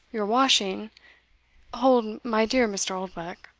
your washing hold, my dear mr. oldbuck,